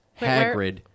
hagrid